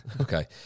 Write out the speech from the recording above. Okay